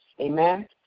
Amen